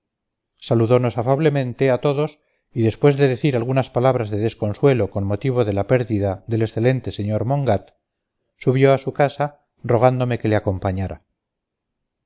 saludonos afablemente a todos y después de decir algunas palabras de desconsuelo con motivo de la pérdida del excelente señor mongat subió a su casa rogándome que le acompañara